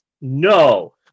No